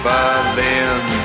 Berlin